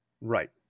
right